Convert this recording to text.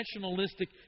nationalistic